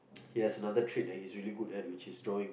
he has another trait that he's really good at which is drawing